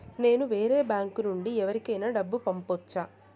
నేను వేరే బ్యాంకు నుండి ఎవరికైనా డబ్బు పంపొచ్చా?